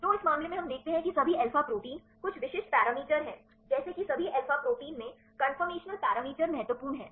तो इस मामले में हम देखते हैं कि सभी अल्फा प्रोटीन कुछ विशिष्ट पैरामीटर हैं जैसे कि सभी अल्फा प्रोटीन में कंफर्मल पैरामीटर महत्वपूर्ण हैं